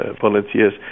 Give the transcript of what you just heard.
volunteers